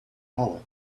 hollow